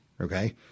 Okay